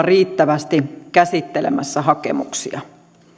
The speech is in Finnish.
riittävästi käsittelemässä hakemuksia